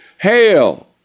Hail